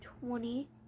twenty